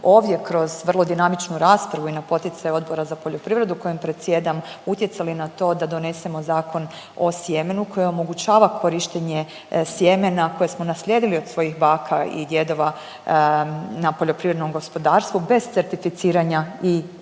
ovdje krov vrlo dinamičnu raspravu i na poticaj Odbora za poljoprivredu kojim predsjedam utjecali na to da donesemo Zakon o sjemenu koji omogućava korištenje sjemena koji smo naslijedili od svojih baka i djedova na poljoprivrednom gospodarstvu bez certificiranja i dorade.